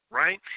right